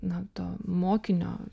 na to mokinio